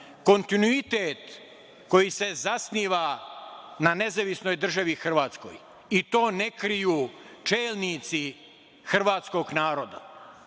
kontinuitet koji se zasniva na Nezavisnoj Državi Hrvatskoj, i to ne kriju čelnici hrvatskog naroda.